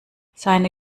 seine